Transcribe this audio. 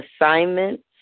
assignments